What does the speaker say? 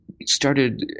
started